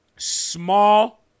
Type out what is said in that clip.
small